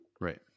right